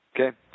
Okay